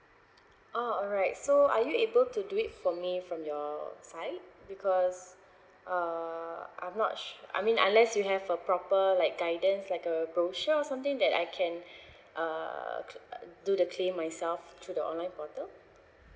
oh alright so are you able to do it for me from your side because uh I'm not sure I mean unless you have a proper like guidance like a brochure or something that I can uh cl~ do the claim myself through the online portal